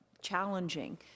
challenging